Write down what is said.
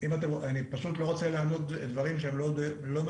אני פשוט לא רוצה לענות דברים שהם לא מדויקים.